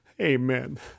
Amen